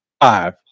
five